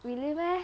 really meh